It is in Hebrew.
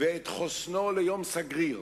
ואת חוסנו ליום סגריר